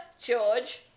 george